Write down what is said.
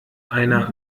einer